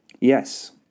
Yes